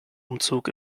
umzug